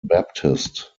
baptist